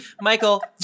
Michael